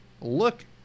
look